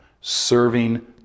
serving